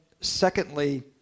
secondly